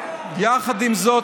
יחד עם זאת,